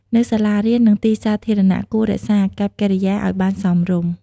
នៅសាលារៀន និងទីសាធារណៈ គួររក្សាអកប្បកិរិយាឲ្យបានសមរម្យ។